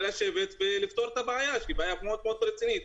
לשבת ולפתור את הבעיה שהיא בעיה מאוד-מאוד רצינית.